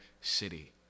city